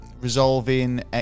resolving